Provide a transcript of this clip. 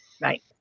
Right